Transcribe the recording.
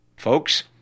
Folks